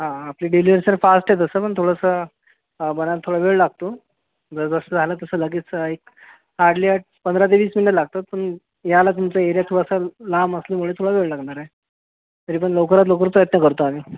हा आपली delivery sir fast आहे तसं पण थोडंसं बनायला थोडा वेळ लागतो जसं आलं तसं लगेच एक हार्डली पंधरा ते वीस मिनिट लागतात पण यायला तुमच्या एरिया थोडासा लांब असल्यामुळे थोडा वेळ लागणार आहे तरी पण लवकरात लवकर प्रयत्न करतो आम्ही